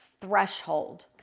threshold